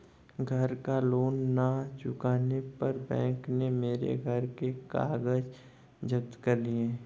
घर का लोन ना चुकाने पर बैंक ने मेरे घर के कागज जप्त कर लिए